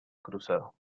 cruzado